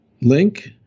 link